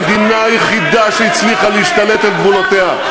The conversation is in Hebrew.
המדינה היחידה שהצליחה להשתלט על גבולותיה,